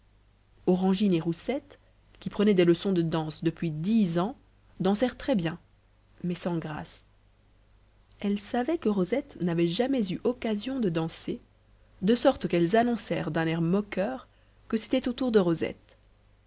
et roussette qui prenaient des leçons de danse depuis dix ans dansèrent très bien mais sans grâce elles savaient que rosette n'avait jamais eu occasion de danser de sorte qu'elles annoncèrent d'un air moqueur que c'était au tour de rosette